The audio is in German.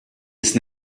ist